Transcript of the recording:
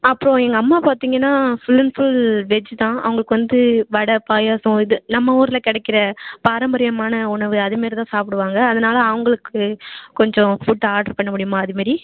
அப்புறோம் எங்கள் அம்மா பார்த்தீங்கன்னா ஃபுல் அண்ட் ஃபுல் வெஜ் தான் அவங்களுக்கு வந்து வடை பாயாசம் இது நம்ம ஊரில் கிடைக்கிற பாரம்பரியமான உணவு அதுமாரி தான் சாப்பிடுவாங்க அதனால் அவங்களுக்கு கொஞ்சம் ஃபுட் ஆர்ட்ரு பண்ண முடியுமா அதுமாரி